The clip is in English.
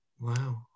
Wow